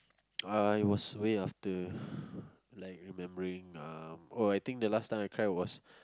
I was way after like remembering um oh I think the last time I cried was